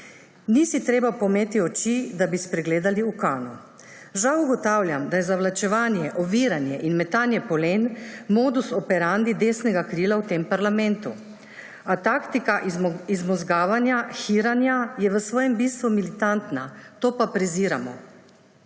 Ni si treba pometi oči, da bi spregledali ukano. Žal ugotavljam, da je zavlačevanje, oviranje in metanje polen modus operandi desnega krila v tem parlamentu, a taktika izmozgavanja, hiranja je v svojem bistvu militantna, to pa preziramo.